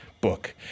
book